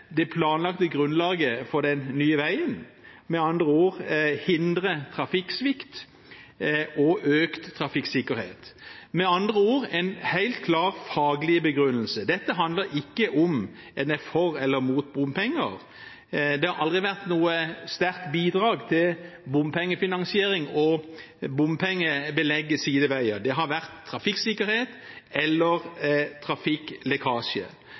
det planlagte grunnlaget for den nye veien, altså hindre trafikksvikt og øke trafikksikkerhet – med andre ord en helt klar faglig begrunnelse. Dette handler ikke om hvorvidt en er for eller imot bompenger. Sideveier har aldri vært noe sterkt bidrag til bompengefinansiering og bompengebelegget – det har vært trafikksikkerhet eller trafikklekkasje.